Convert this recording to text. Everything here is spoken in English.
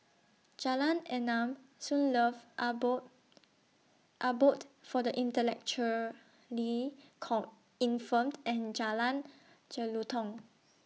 Jalan Enam Sunlove Abode Abode For The Intellectually Come Infirmed and Jalan Jelutong